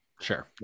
Sure